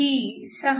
ही 6